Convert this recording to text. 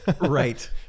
right